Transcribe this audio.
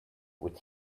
with